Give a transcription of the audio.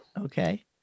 okay